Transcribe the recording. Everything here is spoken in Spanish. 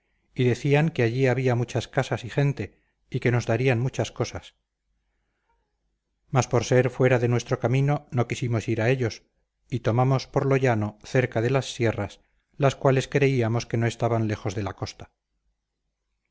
y decían que allí había muchas casas y gente y que nos darían muchas cosas mas por ser fuera de nuestro camino no quisimos ir a ellos y tomamos por lo llano cerca de las sierras las cuales creíamos que no estaban lejos de la costa